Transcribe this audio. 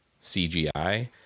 CGI